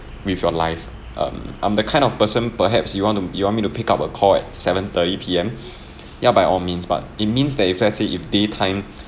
with your life um I'm the kind of person perhaps you want to you want me to pick up a call at seven thirty P_M ya by all means but it means that if let's say if daytime